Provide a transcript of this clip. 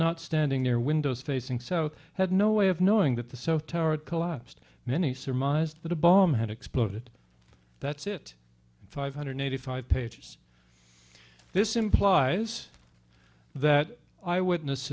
not standing their windows facing so had no way of knowing that the south tower collapsed many surmised that a bomb had exploded that's it five hundred eighty five pages this implies that i witness